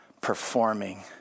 performing